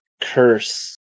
Curse